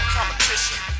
Competition